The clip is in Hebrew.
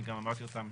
אני גם אמרתי אותן